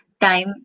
time